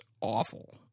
awful